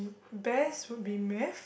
best would be math